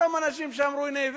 אותם אנשים שאמרו: הנה,